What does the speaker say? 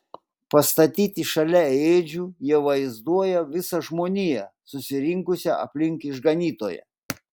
pastatyti šalia ėdžių jie vaizduoja visą žmoniją susirinkusią aplink išganytoją